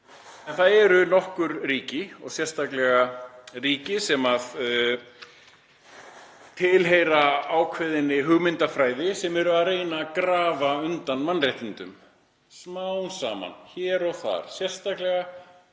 það eru nokkur ríki, og sérstaklega ríki sem tilheyra ákveðinni hugmyndafræði, sem eru að reyna að grafa undan mannréttindum, smám saman hér og þar, sérstaklega